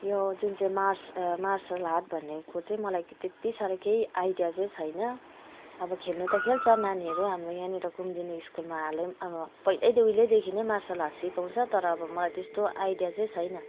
यो जुन चाहिँ मार्स मार्सल आर्ट भनेको चाहिँ मलाई त्यति साह्रो केही आइडिया चाहिँ छैन अब खेल्न त खेल्छ नानीहरू हाम्रो यहाँनिर कुम्दिनी स्कुलमा हालैमा अब पहिल्यै त्यो उहिल्यैदेखि नै मार्सल आर्ट सिकाउँछ तर अब मलाई त्यस्तो आइडिया चाहिँ छैन